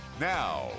now